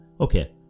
Okay